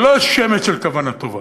ללא שמץ של כוונה טובה.